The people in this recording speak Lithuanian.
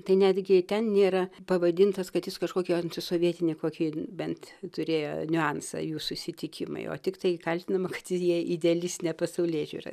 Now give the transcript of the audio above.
tai netgi ten nėra pavadintas kad jis kažkokį antisovietinį kokį bent turėjo niuansą jų susitikimai o tiktai kaltinama kad jie idealistinę pasaulėžiūrą